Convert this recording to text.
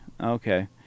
okay